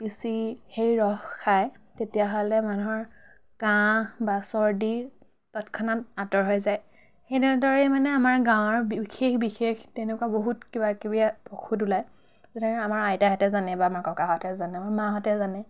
পিচি সেই ৰস খাই তেতিয়াহ'লে মানুহৰ কাহ বা চৰ্দি তৎক্ষণাৎ আঁতৰ হৈ যায় সে তেনেদৰেই মানে আমাৰ গাঁৱৰ বিশেষ বিশেষ তেনেকুৱা বহুত কিবা কিবি ঔষধ ওলাই যেনেকৈ আমাৰ আইতাহেঁতে জানে বা আমাৰ ককাহঁতে জানে আমাৰ মাহঁতে জানে